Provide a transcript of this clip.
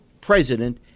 president